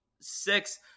six